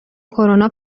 کرونا